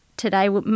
today